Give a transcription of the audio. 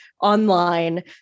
online